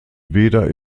weder